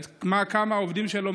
כמה עובדים יש לו,